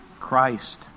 Christ